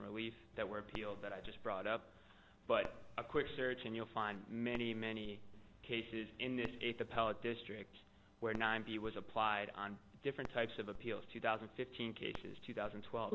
relief that were appealed that i just brought up but a quick search and you'll find many many cases in this if the pellet districts where ninety was applied on different types of appeals two thousand and fifteen cases two thousand and twelve